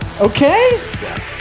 Okay